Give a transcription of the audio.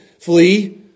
Flee